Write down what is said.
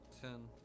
Ten